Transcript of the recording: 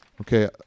Okay